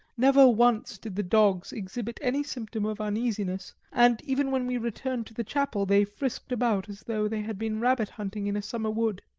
never once did the dogs exhibit any symptom of uneasiness, and even when we returned to the chapel they frisked about as though they had been rabbit-hunting in a summer wood.